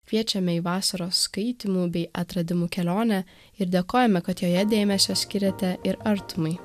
kviečiame į vasaros skaitymų bei atradimų kelionę ir dėkojame kad joje dėmesio skiriate ir artimui